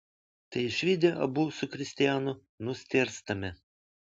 tai išvydę abu su kristianu nustėrstame